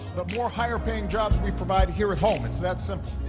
the more higher-paying jobs we provide here at home. it's that simple.